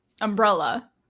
umbrella